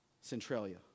Centralia